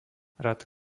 rad